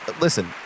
Listen